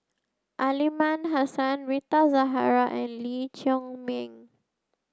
Aliman Hassan Rita Zahara and Lee Chiaw Ming